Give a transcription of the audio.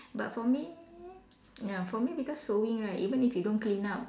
but for me ya for me because sewing right even if you don't clean up